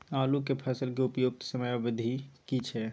आलू के फसल के उपयुक्त समयावधि की छै?